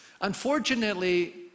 Unfortunately